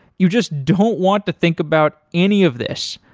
you just don't want to think about any of this.